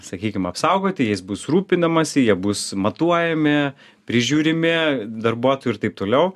sakykim apsaugoti jais bus rūpinamasi jie bus matuojami prižiūrimi darbuotojų ir taip toliau